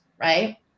right